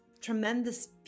tremendous